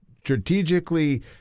strategically